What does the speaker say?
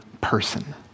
person